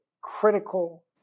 critical